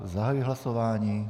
Zahajuji hlasování.